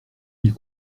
ils